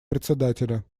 председателя